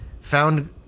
found